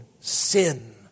sin